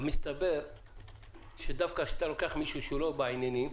מסתבר שדווקא כשאתה לוקח אדם שלא בעניינים,